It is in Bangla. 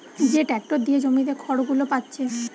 যে ট্যাক্টর দিয়ে জমিতে খড়গুলো পাচ্ছে